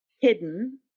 hidden